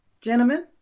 Gentlemen